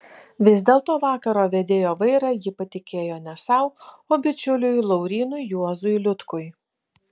vis dėlto vakaro vedėjo vairą ji patikėjo ne sau o bičiuliui laurynui juozui liutkui